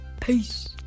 peace